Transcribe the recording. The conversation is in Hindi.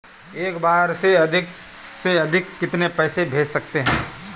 एक बार में अधिक से अधिक कितने पैसे भेज सकते हैं?